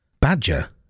Badger